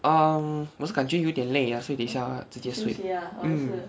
um 我是感觉有点累啊所以等下直接睡 mm